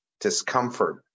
discomfort